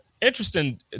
Interesting